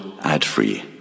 ad-free